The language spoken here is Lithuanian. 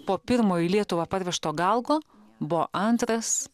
po pirmo į lietuvą parvežto galgo buvo antras